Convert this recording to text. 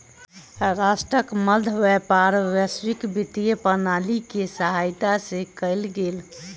राष्ट्रक मध्य व्यापार वैश्विक वित्तीय प्रणाली के सहायता से कयल गेल